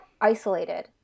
isolated